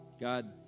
God